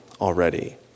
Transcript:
already